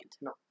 No